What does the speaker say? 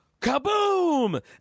kaboom